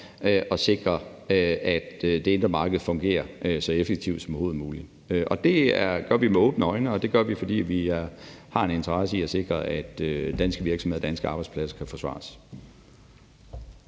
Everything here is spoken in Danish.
at sikre, at det indre marked fungerer så effektivt som overhovedet muligt. Det gør vi med åbne øjne, og det gør vi, fordi vi har en interesse i at sikre, at danske virksomheder og danske arbejdspladser kan forsvares.